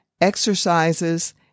exercises